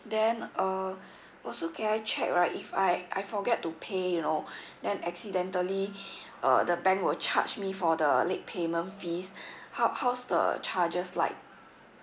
then uh also can I check right if I I forget to pay you know then accidentally uh the bank will charge me for the late payment fees how how's the charges like